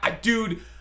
Dude